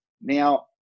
Now